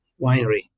winery